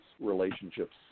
relationships